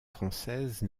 française